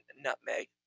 nutmeg